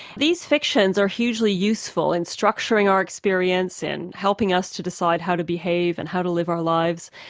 these fictions are hugely useful in structuring our experience and helping us to decide how to behave and how to live our lives.